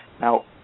Now